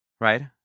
Right